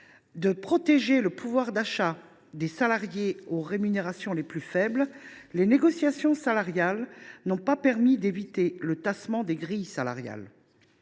ont protégé le pouvoir d’achat des salariés aux rémunérations les plus faibles, les négociations salariales n’ont pas permis d’éviter le tassement des grilles salariales.